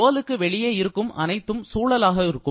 தோலுக்கு வெளியே இருக்கும் அனைத்தும் சூழல் ஆகும்